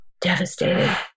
devastated